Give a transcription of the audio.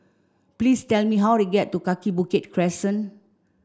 please tell me how to get to Kaki Bukit Crescent